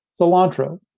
Cilantro